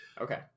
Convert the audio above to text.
Okay